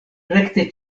rekte